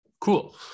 Cool